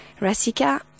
Rasika